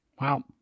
Wow